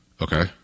Okay